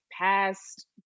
past